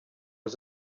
was